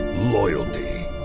loyalty